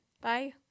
Bye